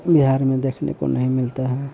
बिहार में देखने को नहीं मिलती है